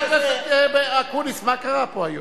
במידת, חבר הכנסת אקוניס, מה קרה פה היום?